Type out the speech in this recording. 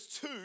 two